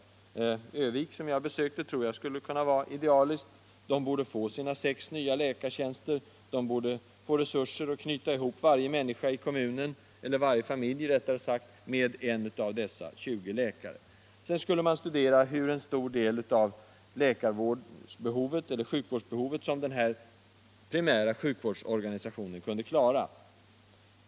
Örnsköldsvik, som jag besökte, tror jag skulle kunna vara lämpligt. Man borde där få sina sex nya läkartjänster. Man borde få resurser att knyta ihop varje människa i kommunen eller — rättare sagt — varje familj med en av dessa 20 läkare. Sedan skulle man studera hur stor del av sjukvårdsbehovet denna primära sjukvårdsorganisation kunde klara.